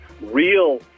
real